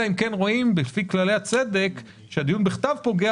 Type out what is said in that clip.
אלא אם כן רואים לפי כללי הצדק שהדיון בכתב פוגע,